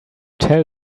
tell